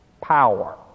power